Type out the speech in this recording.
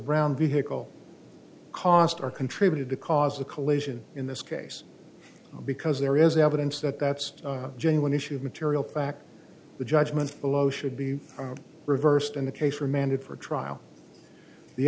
brown vehicle cost or contributed to cause the collision in this case because there is evidence that that's a genuine issue of material fact the judgment below should be reversed in the case remanded for trial the